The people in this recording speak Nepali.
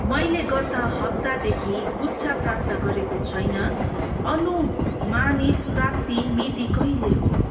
मैले गत हप्तादेखि गुच्छा प्राप्त गरेको छैन अनुमानित प्राप्ति मिति कहिले हो